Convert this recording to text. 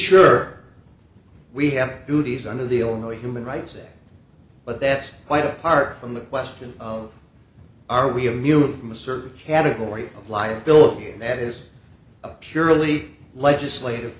sure we have duties under the illinois human rights act but that's quite apart from the question of are we a mutant from a certain category of liability that is a purely legislative